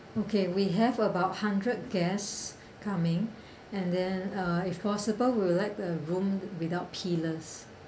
okay we have about hundred guests coming and then uh if possible we would like the room without pillars